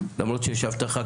למרות שיש הבטחה,